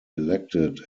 elected